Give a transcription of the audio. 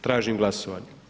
Tražim glasovanje.